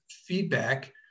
feedback